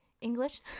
english